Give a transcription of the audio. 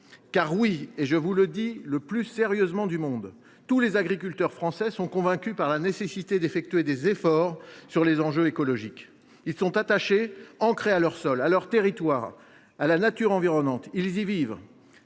français. Je vous le dis le plus sérieusement du monde : oui, tous les agriculteurs français sont convaincus par la nécessité d’effectuer des efforts sur les enjeux écologiques. Ils sont attachés, ancrés à leur sol, à leur territoire, à la nature environnante : ils y vivent.